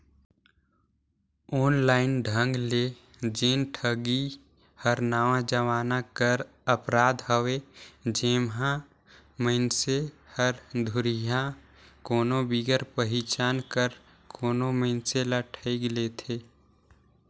online ढंग ले जेन ठगी हर नावा जमाना कर अपराध हवे जेम्हां मइनसे हर दुरिहां कोनो बिगर पहिचान कर कोनो मइनसे ल ठइग लेथे